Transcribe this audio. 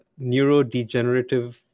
neurodegenerative